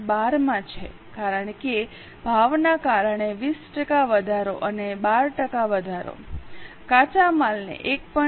12 માં છે કારણ કે ભાવના કારણે 20 ટકા વધારો અને 12 ટકા વધારો કાચા માલને 1